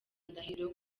ndahiro